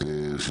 אתה